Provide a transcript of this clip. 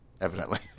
evidently